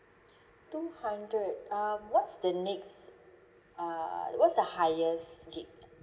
two hundred um what's the next uh like what's the highest gig